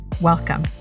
Welcome